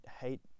hate